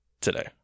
today